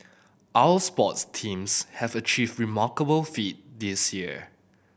our sports teams have achieve remarkable feat this year